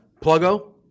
Pluggo